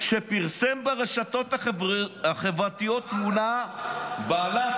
-- שפרסם ברשתות החברתיות תמונה בעלת